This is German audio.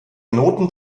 noten